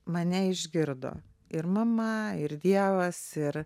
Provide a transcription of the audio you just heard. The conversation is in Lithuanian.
mane išgirdo ir mama ir dievas ir